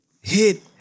hit